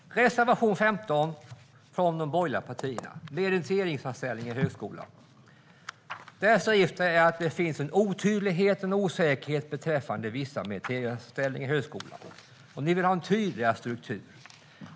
Reservation 15 från de borgerliga partierna handlar om meriteringsanställningar i högskolan. Ni skriver att det finns en otydlighet och en osäkerhet beträffande vissa meriteringsanställningar i högskolan. Ni vill ha en tydligare struktur.